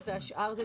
השרה,